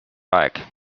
aeg